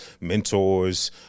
mentors